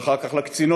ואחר כך לקצינות,